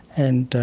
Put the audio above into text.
and